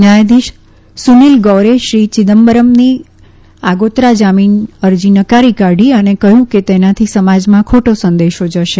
ન્યાયાદીશ સુનીલ ગૌરે શ્રી ચિદમ્બરમની આગોતરા જામીન અરજી નકારી કાઢી અને કહ્યું કે તેનાથી સમાજમાં ખોટો સંદેશો જશે